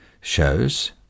shows